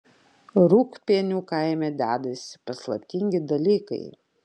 rūgpienių kaime dedasi paslaptingi dalykai